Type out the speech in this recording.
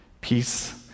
Peace